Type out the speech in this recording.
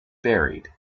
buried